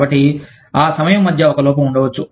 కాబట్టి ఆ సమయం మధ్య ఒక లోపం ఉండవచ్చు